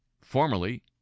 formerly